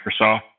Microsoft